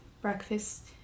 breakfast